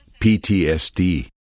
PTSD